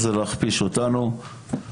יש כאן בן אדם שמבקש וניסה וכביכול אומר לכולם